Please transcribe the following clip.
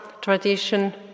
tradition